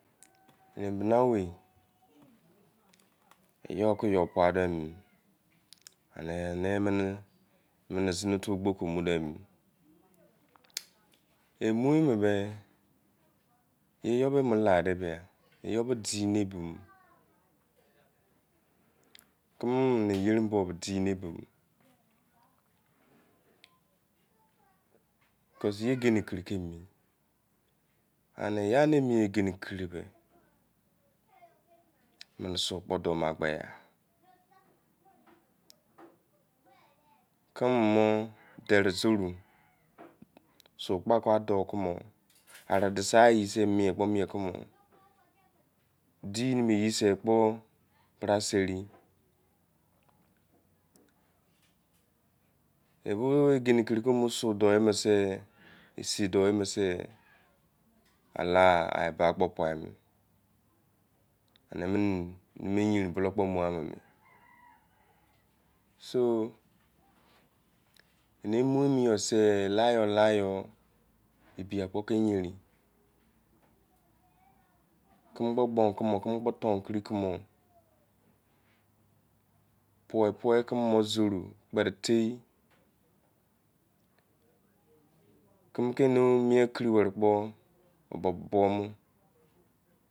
Egbe-lawei yoi-ke yoi pa- de-ne mene zini osu kpo seume ne, ye- mu be-be yobe yela-de beh, yor di ne bi nor, jeonwoh yerin lowo kin bimor, cosu gele kiti ke mi era geri tan beh, meme soi epo koh k gbegha tleme nore dere, gbole kpa-kpa doh kuwor, arne toh ya-ye se mien humor, dini yeise paper bra- seri, ela- cba kpo pa-nu emo yenin bulu kpo la, so, ema yoi sei la-la yor la yor ebi kpo ke yarin, keme-kpo gbo kumor niw fumor, kpe de fero, keme- ke mie tawi mu kpor keme di bomor